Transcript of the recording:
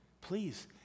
please